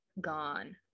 gone